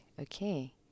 okay